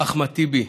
אחמד טיבי,